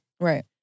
Right